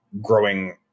growing